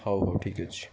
ହଉ ହଉ ଠିକ୍ ଅଛି